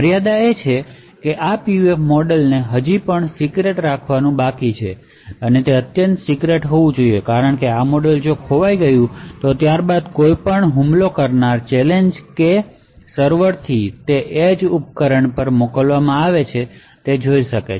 મર્યાદા એ છે કે આ PUF મોડેલને હજી પણ સિક્રેટ રાખવાનું બાકી છે અને તે અત્યંત સિક્રેટ હોવું જોઈએ કારણ કે આ મોડેલ ખોવાઈ ગયું તો ત્યારબાદ કોઈ પણ હુમલો કરનાર ચેલેંજકે જે સર્વરથી તે એજ ઉપકરણ પર મોકલવામાં આવે છે તે જોઈ શકે છે